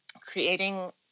creating